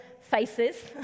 faces